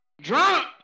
drunk